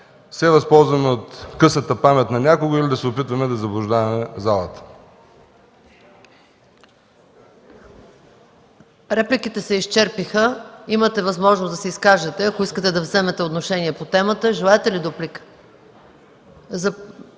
се възползваме от късата памет на някого или да се опитваме да заблуждаваме залата. ПРЕДСЕДАТЕЛ МАЯ МАНОЛОВА: Репликите се изчерпиха. Имате възможност да се изкажете, ако искате да вземете отношение по темата. Желаете ли дуплика?